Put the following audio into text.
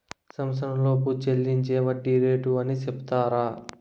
సంవచ్చరంలోపు చెల్లించే వడ్డీ రేటు అని సెపుతారు